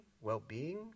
well-being